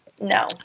No